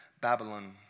Babylon